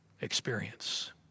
experience